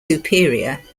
superior